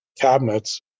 cabinets